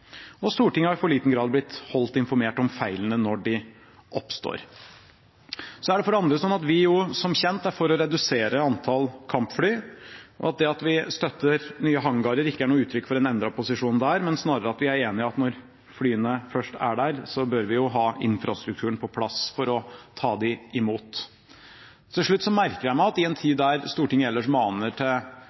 og Stortinget har i for liten grad blitt holdt informert om feilene når de oppstår. Så er det sånn at vi som kjent er for å redusere antall kampfly, og at det at vi støtter nye hangarer, ikke er noe uttrykk for en endret posisjon der, men snarere at vi er enig i at når flyene først er der, bør vi ha infrastrukturen på plass for å ta dem imot. Til slutt: Jeg merker meg at i en tid der Stortinget ellers maner til